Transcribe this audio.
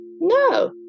No